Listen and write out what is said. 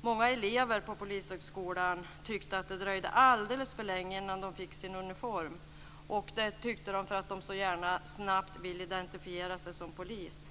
många elever på Polishögskolan tyckte att det dröjde alldeles för länge innan de fick sin uniform. Det tyckte de därför att de så gärna snabbt vill identifiera sig som poliser.